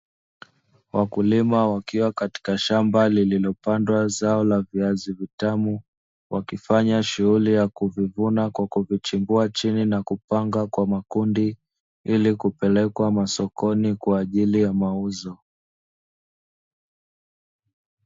Wakulima wakiwa katika shamba lililopandwa zao la viazi vitamu, wakifanya shughuli ya kuvivuna kwa kuvichimbua chini na kupanga kwa makundi; ili kupelekwa masokoni kwa ajili ya mauzo.